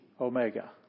Omega